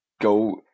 Go